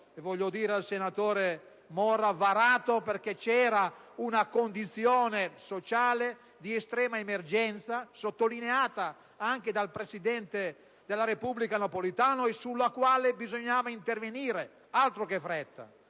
- voglio ricordare al senatore Morra - perché vi era una condizione sociale di estrema emergenza, sottolineata anche dal presidente della Repubblica Napolitano, sulla quale bisognava intervenire - altro che fretta!